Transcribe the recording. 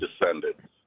descendants